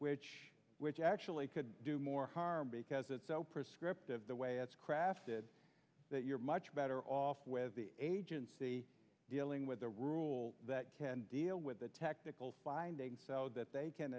which which actually could do more harm because it's so prescriptive the way it's crafted that you're much better off with the agency dealing with the rule that can deal with the technical finding so that they can